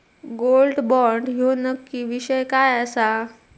Gold bond ह्यो नक्की विषय काय आसा?